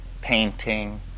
painting